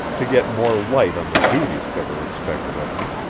to get more light on the duties that were expected of me.